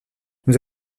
nous